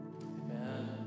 Amen